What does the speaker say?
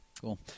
Cool